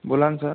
बोला ना सर